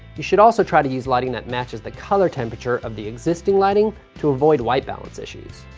you should also try to use lighting that matches the color temperature of the existing lighting to avoid white balance issues.